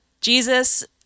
jesus